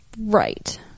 Right